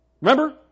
Remember